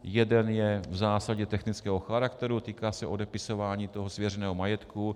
Jeden je v zásadě technického charakteru, týká se odepisování svěřeného majetku.